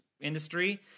industry